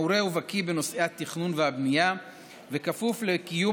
מעורה ובקי בנושאי התכנון והבנייה וכפוף לקיום